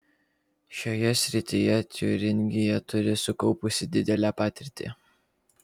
šioje srityje tiūringija turi sukaupusi didelę patirtį